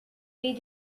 they